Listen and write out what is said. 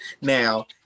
Now